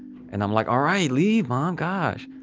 and i'm like, all right. leave, mom! gosh!